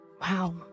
Wow